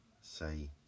say